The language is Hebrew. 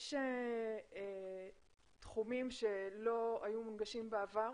יש תחומים שלא היו מונגשים בעבר,